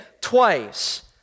twice